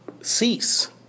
cease